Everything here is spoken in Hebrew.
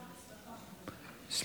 פרקש.